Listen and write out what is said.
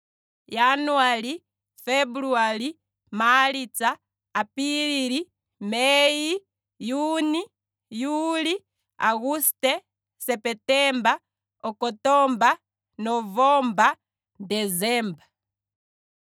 Januali, febuluali, maalitsa, apilili, mei, juni, juli, aguste, sepetemba, okotomba, novemba, decemba